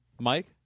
Mike